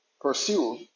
pursued